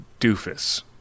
doofus